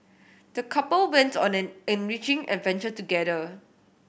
the couple went on an enriching adventure together